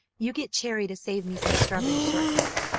you get cherry to save me some strawberry shortcake.